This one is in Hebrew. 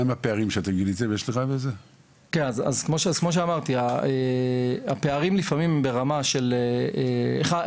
כמו שאמרתי הפערים הם דבר ראשון,